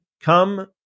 come